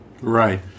Right